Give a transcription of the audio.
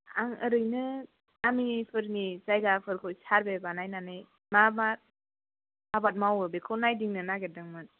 आं ओरैनो गामिफोरनि जायगाफोरखौ सार्भे बानायनानै मा मा आबाद मावो बेखौ नायदिंनो नागिरदोंमोन